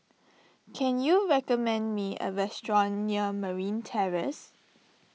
can you recommend me a restaurant near Marine Terrace